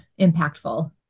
impactful